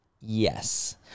yes